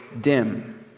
dim